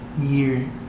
year